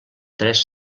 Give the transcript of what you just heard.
tres